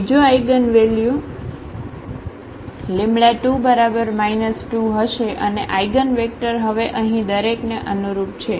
અને બીજો આઇગનવેલ્યુ2 2 હશે અને આઇગનવેક્ટર હવે અહીં દરેકને અનુરૂપ છે